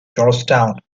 georgetown